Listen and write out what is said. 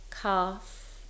calf